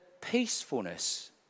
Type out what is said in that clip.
peacefulness